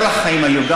כל החיים היו,